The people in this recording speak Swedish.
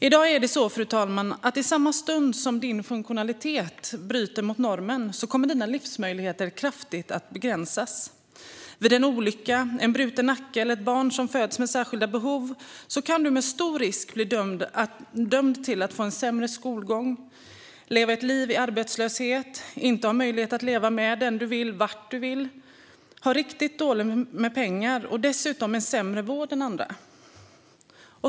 I dag är det så, fru talman, att i samma stund som din funktionalitet bryter mot normen kommer dina livsmöjligheter att kraftigt begränsas. Vid en olycka, en bruten nacke, eller om du är ett barn som föds med särskilda behov kan du med stor risk bli dömd till att få en sämre skolgång, leva ett liv i arbetslöshet, inte ha möjlighet att leva med den du vill och var du vill, ha riktigt dåligt med pengar och dessutom få en sämre vård än andra.